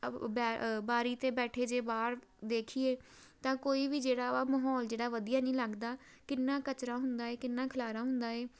ਬੈ ਬਾਰੀ 'ਤੇ ਬੈਠੇ ਜੇ ਬਾਹਰ ਦੇਖੀਏ ਤਾਂ ਕੋਈ ਵੀ ਜਿਹੜਾ ਵਾ ਮਾਹੌਲ ਜਿਹੜਾ ਵਧੀਆ ਨਹੀਂ ਲੱਗਦਾ ਕਿੰਨਾ ਕਚਰਾ ਹੁੰਦਾ ਹੈ ਕਿੰਨਾ ਖਲਾਰਾ ਹੁੰਦਾ ਹੈ